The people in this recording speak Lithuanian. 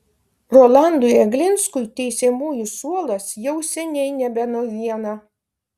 rolandui eglinskui teisiamųjų suolas jau seniai nebe naujiena